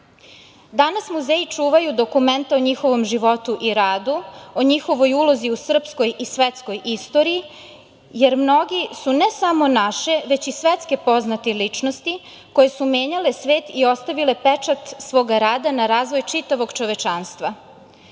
muzeji čuvaju dokumenta o njihovom životu i radu, o njihovoj ulozi u srpskoj i svetskoj istoriji, jer mnogi su ne samo naše već i svetske poznate ličnosti koje su menjale svet i ostavile pečat svog rada na razvoj čitavog čovečanstva. Pre